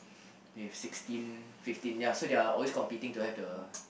with sixteen fifteen ya so they are always competing to have the